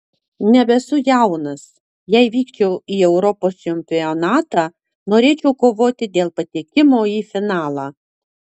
nebesu jaunas jei vykčiau į europos čempionatą norėčiau kovoti dėl patekimo į finalą